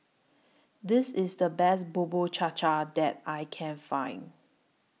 This IS The Best Bubur Cha Cha that I Can Find